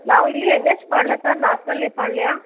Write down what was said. ನಾವು ಇಲ್ಲಿ N H Palya sir ನಾಂಚ್ನಳ್ಳಿಪಾಳ್ಯ